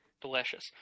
Delicious